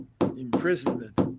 imprisonment